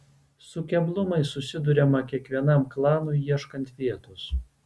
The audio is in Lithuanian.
su keblumais susiduriama kiekvienam klanui ieškant vietos